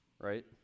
right